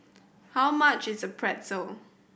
how much is Pretzel